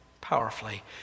powerfully